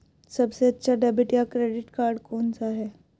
सबसे अच्छा डेबिट या क्रेडिट कार्ड कौन सा है?